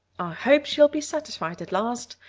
hope she'll be satisfied at last,